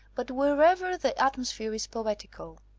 but wherever the atmosphere is poetical.